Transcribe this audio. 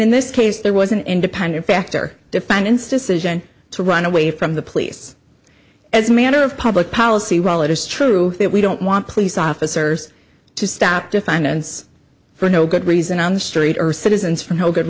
in this case there was an independent factor defendant's decision to run away from the police as a manner of public policy while it is true that we don't want police officers to stop to finance for no good reason on the street or citizens from hell good